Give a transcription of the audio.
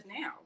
now